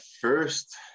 first